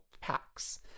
packs –